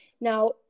Now